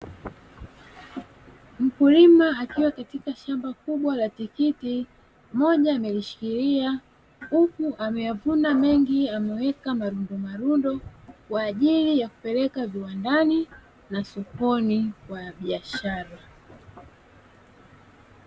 Mkulima akiwa katika shamba kubwa la tikiti, moja amelishikilia huku ameyavuna mengi ameweka marundomarundo, kwa ajili ya kupeleka viwandani na sokoni kwa biashara.